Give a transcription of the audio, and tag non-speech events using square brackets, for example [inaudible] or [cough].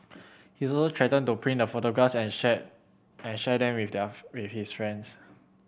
he also threatened to print the photographs and share and share them with their [unintelligible] with his friends